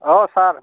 অঁ ছাৰ